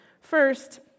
First